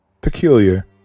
Peculiar